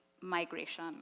migration